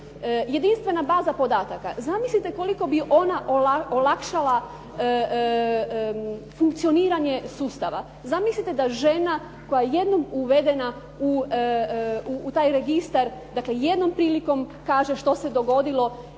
jedinstvena baza podataka. Zamislite koliko bi ona olakšala funkcioniranje sustava. Zamislite da žena koja je jednom uvedena u taj registar, dakle, jednom prilikom kaže što se dogodilo